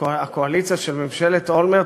הקואליציה של ממשלת אולמרט,